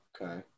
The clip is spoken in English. Okay